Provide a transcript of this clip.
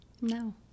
no